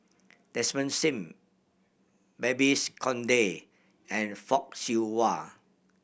Desmond Sim Babes Conde and Fock Siew Wah